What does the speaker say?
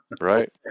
Right